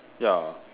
ya